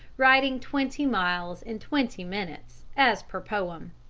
riding twenty miles in twenty minutes, as per poem.